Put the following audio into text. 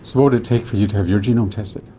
so what would it take for you to have your genome tested?